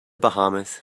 bahamas